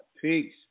Peace